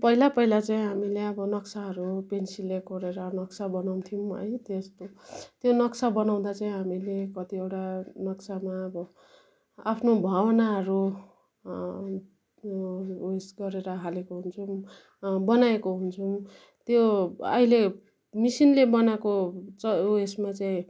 पहिला पहिला चाहिँ हामीले अब नक्साहरू पेन्सिलले कोरेर नक्सा बनाउँथ्यौँ है त्यस्तो त्यो नक्सा बनाउँदा चाहिँ हामीले कतिवटा नक्सामा अब आफ्नो भावनाहरू उयो उयोस् गरेर हालेको हुन्छौँ बनाएको हुन्छौँ त्यो अहिले मिसिनले बनाएको च उयसमा चाहिँ